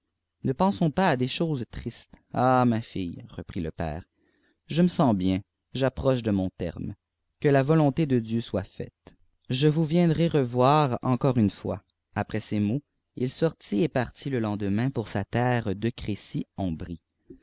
ne pensons pas à des choses tristes ah i ma fille reprit le père je me sens bien j'approche de mon terme que la volonté de dieu çoit faite je vous viendrai revoir encore une fois après ces mots il sortit et partit le lendemain pour sa terre de crécy